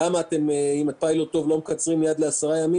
למה אתם לא מקצרים מייד ל-10 ימים,